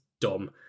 dumb